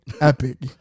epic